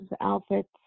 outfits